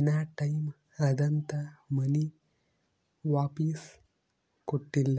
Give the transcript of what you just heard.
ಇನಾ ಟೈಮ್ ಅದಂತ್ ಮನಿ ವಾಪಿಸ್ ಕೊಟ್ಟಿಲ್ಲ